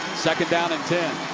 second down and ten.